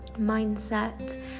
mindset